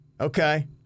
okay